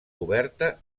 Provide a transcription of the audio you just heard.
oberta